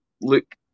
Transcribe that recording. look